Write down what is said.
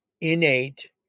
innate